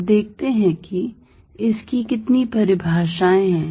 अब देखते हैं कि इसकी कितनी परिभाषाएँ हैं